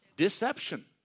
Deception